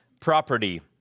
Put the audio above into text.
property